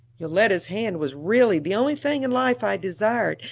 yoletta's hand was really the only thing in life i desired,